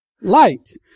Light